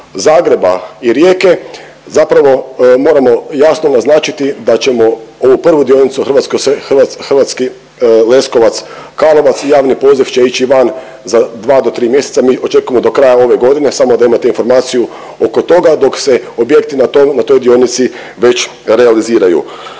Zagreba i Rijeke zapravo moramo jasno naznačiti da ćemo ovu prvu dionicu Hrvatski Leskovac – Karlovac, javni poziv će ići van za 2 do 3 mjeseca, mi očekujemo do kraja ove godine, samo da imate informaciju oko toga, dok se objekti na tom, na toj dionici već realiziraju.